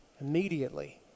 immediately